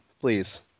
Please